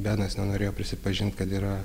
benas nenorėjo prisipažint kad yra